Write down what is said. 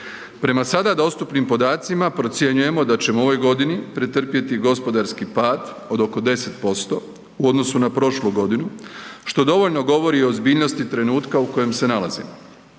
Prema sada dostupnim podacima, procjenjujemo da ćemo u ovoj godini pretrpjeti gospodarski pad od oko 10% u odnosu na prošlu godinu, što dovoljno govori o ozbiljnosti trenutka u kojem se nalazimo.